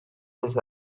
this